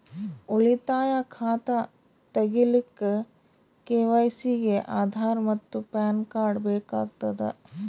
ಉಳಿತಾಯ ಖಾತಾ ತಗಿಲಿಕ್ಕ ಕೆ.ವೈ.ಸಿ ಗೆ ಆಧಾರ್ ಮತ್ತು ಪ್ಯಾನ್ ಕಾರ್ಡ್ ಬೇಕಾಗತದ